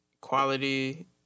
quality